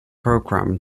program